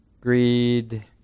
greed